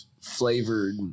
flavored